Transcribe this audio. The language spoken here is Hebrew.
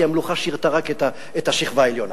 כי המלוכה שירתה רק את השכבה העליונה.